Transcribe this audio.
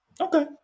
Okay